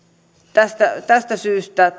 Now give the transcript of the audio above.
tästä tästä syystä